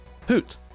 Poot